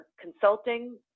consulting